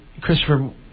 Christopher